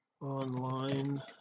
online